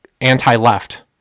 anti-left